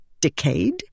decayed